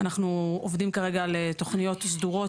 אדוני, אנחנו מכירים את עברך,